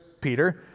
Peter